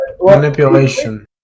Manipulation